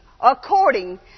according